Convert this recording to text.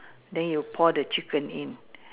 then you pour the chicken in